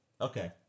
Okay